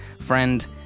friend